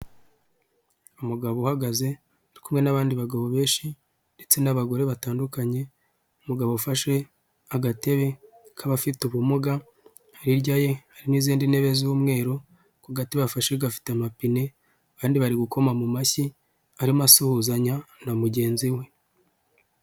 Umugabo uhagaze ari kumwe n'abandi bagabo benshi ndetse n'abagore batandukanye, umugabo ufashe agatebe k'abafite ubumuga hirya ye hari n'izindi ntebe z'umweru, ku gati bafashe gafite amapine abandi bari gukoma mu mashyi arimo asuhuzanya na mugenzi we.